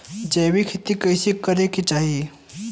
जैविक खेती कइसे करे के चाही?